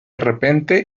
repente